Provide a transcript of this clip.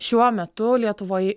šiuo metu lietuvoj